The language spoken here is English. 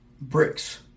bricks